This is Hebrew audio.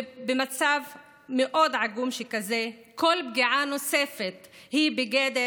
במצב מאוד עגום שכזה כל פגיעה נוספת היא בגדר